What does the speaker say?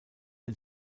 ein